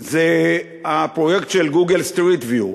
זה הפרויקט Google street view.